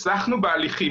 הצלחנו בהליכים,